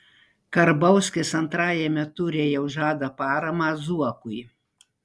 karbauskis antrajame ture jau žada paramą zuokui